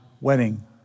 wedding